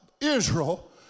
Israel